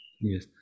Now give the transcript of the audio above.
Yes